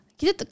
kita